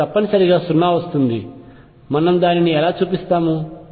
ఇది తప్పనిసరిగా 0 వస్తుంది మనము దానిని ఎలా చూపిస్తాము